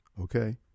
okay